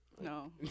No